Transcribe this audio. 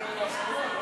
1 2 נתקבלו.